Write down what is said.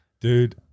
dude